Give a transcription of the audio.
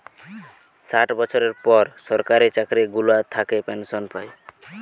ষাট বছরের পর সরকার চাকরি গুলা থাকে পেনসন পায়